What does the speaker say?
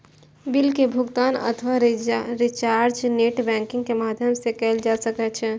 bill के भुगातन अथवा रिचार्ज नेट बैंकिंग के माध्यम सं कैल जा सकै छै